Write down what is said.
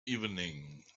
evening